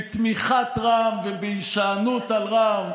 בתמיכת רע"מ ובהישענות על רע"מ,